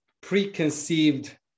preconceived